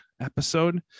episode